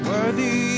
Worthy